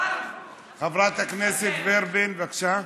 חברת הכנסת ורבין, בבקשה.